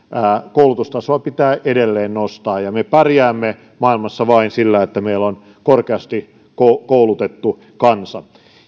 koulutustasoa pitää edelleen nostaa ja me pärjäämme maailmassa vain sillä että meillä on korkeasti koulutettu kansa